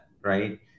right